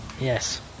Yes